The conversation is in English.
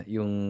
Yung